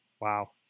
Wow